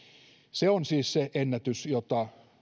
se on siis se ennätys jota